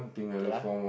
okay lah